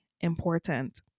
important